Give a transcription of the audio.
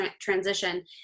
transition